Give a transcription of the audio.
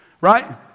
Right